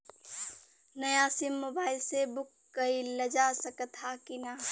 नया SIM mobile से book कइलजा सकत ह कि ना?